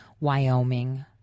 Wyoming